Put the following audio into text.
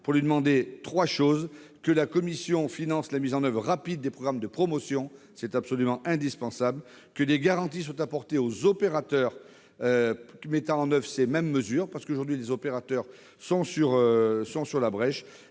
pour lui demander que la Commission finance la mise en oeuvre rapide des programmes de promotion- c'est absolument indispensable ; que des garanties soient apportées aux opérateurs mettant en oeuvre ces mêmes mesures, parce qu'aujourd'hui les opérateurs sont sur la brèche